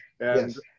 yes